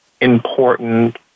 important